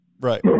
Right